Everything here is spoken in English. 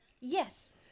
yes